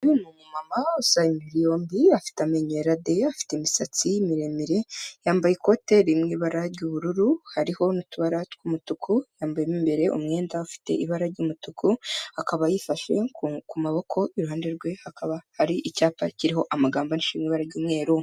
Uyu ni umumama usa imibiri yombi afite amenyo yera de, afite imisatsi miremire, yambaye ikote riri mu ibara ry'ubururu hariho n'utubara tw'umutuku, yambaye imbere umwenda ufite ibara ry'umutuku, akaba yifashe ku maboko iruhande rwe hakaba hari icyapa kiriho amagambo asa mu ibara ry'umweru.